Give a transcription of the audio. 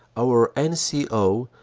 our n. c. o.